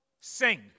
sing